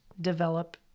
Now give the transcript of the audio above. develop